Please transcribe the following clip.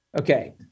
okay